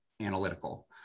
analytical